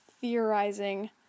theorizing